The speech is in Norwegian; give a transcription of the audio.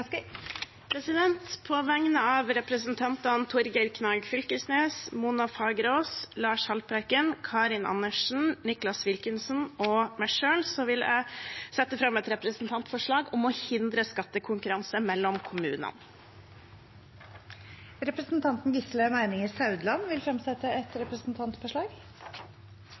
På vegne av representantene Torgeir Knag Fylkesnes, Mona Fagerås, Lars Haltbrekken, Karin Andersen, Nicholas Wilkinson og meg selv vil jeg sette fram et representantforslag om å hindre skattekonkurranse mellom kommunene. Representanten Gisle Meininger Saudland vil fremsette et representantforslag.